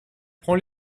prend